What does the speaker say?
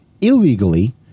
illegally